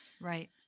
right